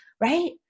Right